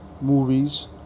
movies